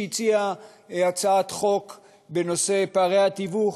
שהציע הצעת חוק בנושא פערי התיווך.